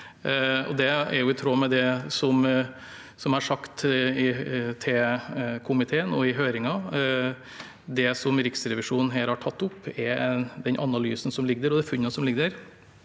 Det er i tråd med det som jeg har sagt til komiteen også i høringen. Det som Riksrevisjonen her har tatt opp, den analysen og de funnene som ligger der,